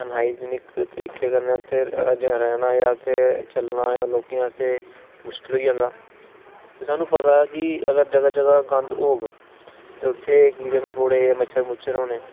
अन हाईजेनिक तरीके कन्नै ते रैहना जां चलना लोकें आस्तै मुश्किल होई जंदा स्हानू पता ऐ कि अगर जगह जगह गंद होग ते उत्थे कीडे़ मकोडे़ जां मच्छर होने